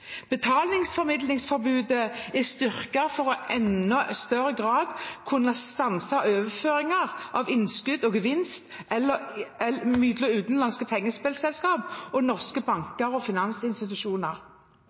Betalingsformidlingsforbudet er styrket for i enda større grad å kunne stanse overføringer av innskudd og gevinst mellom utenlandske pengespillselskaper og norske banker og